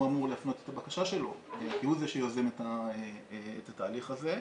אמור להפנות את הבקשה שלו כי הוא זה שיוזם את התהליך הזה,